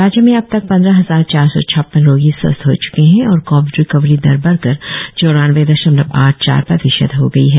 राज्य में अबतक पंद्रह हजार चार सौ छप्पन रोगी स्वस्थ हो च्के हैं और कोविड रिकवरी दर बढ़कर चौरानवे दशमलव आठ चार प्रतिशत हो गई है